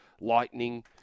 lightning